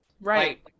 right